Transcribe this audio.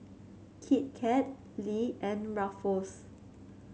Kit Kat Lee and Ruffles